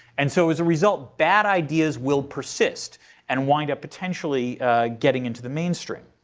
and so as a result bad ideas will persist and wind up potentially getting into the mainstream.